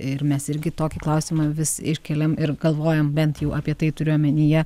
ir mes irgi tokį klausimą vis iškeliam ir galvojam bent jau apie tai turiu omenyje